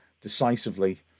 decisively